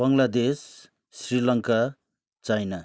Bangladesh Sri Lanka China